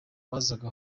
bazaga